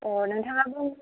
नोंथाङा बुं